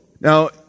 Now